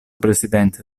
presidente